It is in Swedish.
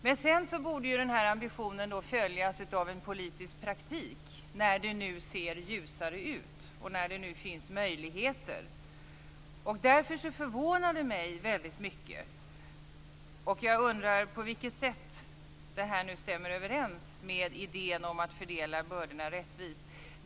Men sedan borde den här ambitionen följas av en politisk praktik, när det nu ser ljusare ut och när det nu finns möjligheter. Därför undrar jag på vilket sätt det här nu stämmer överens med idén om att fördela bördorna rättvist.